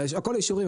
הכול אישורים,